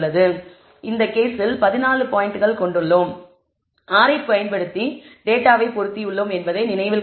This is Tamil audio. எனவே இந்த கேஸில் 14 பாயிண்டுகள் கொண்டுள்ளோம் R ஐப் பயன்படுத்தி டேட்டாவைப் பொருத்தியுள்ளோம் என்பதை நினைவில் கொள்க